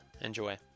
Enjoy